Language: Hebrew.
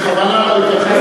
אני בכוונה לא התייחסתי,